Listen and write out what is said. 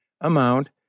amount